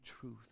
truth